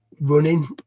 running